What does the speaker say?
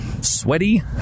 Sweaty